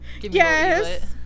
Yes